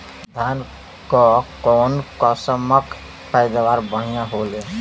धान क कऊन कसमक पैदावार बढ़िया होले?